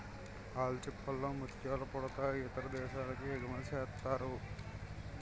ఆల్చిచిప్పల్ లో ముత్యాలు పుడతాయి ఇతర దేశాలకి ఎగుమతిసేస్తారు